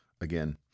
again